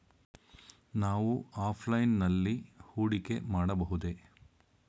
ನಾವು ಆಫ್ಲೈನ್ ನಲ್ಲಿ ಹೂಡಿಕೆ ಮಾಡಬಹುದೇ?